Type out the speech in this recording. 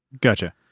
Gotcha